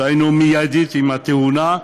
דהיינו מייד עם התאונה,